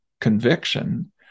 conviction